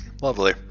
Lovely